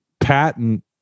Patent